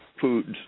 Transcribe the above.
foods